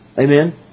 Amen